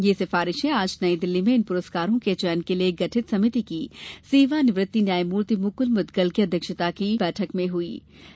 ये सिफारिशें आज नयी दिल्ली में इन पुरस्कारों के चयन के लिए गठित समिति की सेवानिवृत्त न्यायमूर्ति मुकुल मुद्गल की अध्यक्षता में हुई बैठक में की गईं